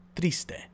triste